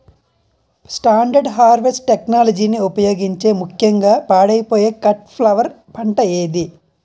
Standard harvest టెక్నాలజీని ఉపయోగించే ముక్యంగా పాడైపోయే కట్ ఫ్లవర్ పంట ఏది?